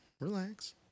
Relax